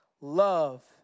love